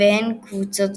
והן קבוצות